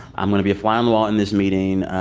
i'm going to be a fly on the wall in this meeting.